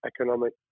economic